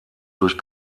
durch